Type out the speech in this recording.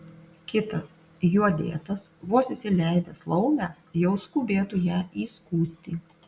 kitas juo dėtas vos įsileidęs laumę jau skubėtų ją įskųsti